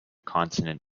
consonant